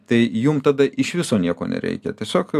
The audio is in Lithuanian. tai jum tada iš viso nieko nereikia tiesiog